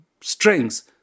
strings